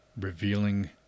revealing